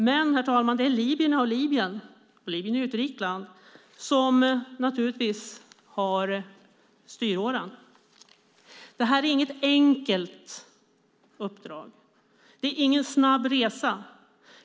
Men det är naturligtvis libyerna och Libyen - Libyen är ett rikt land - som har styråran. Detta är inget enkelt uppdrag. Det är ingen snabb resa.